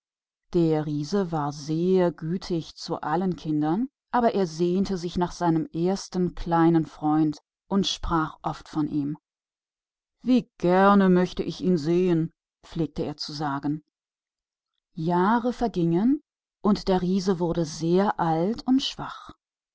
der riese war sehr gut mit den kindern aber er sehnte sich nach seinem kleinen freunde und sprach oft von ihm wie gern möcht ich ihn wiedersehn sagte er immer und immer jahre vergingen und der riese wurde sehr alt und schwach